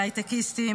על הייטקיסטים,